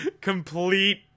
complete